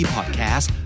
Podcast